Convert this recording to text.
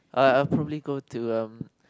uh I will probably go to um